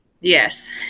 Yes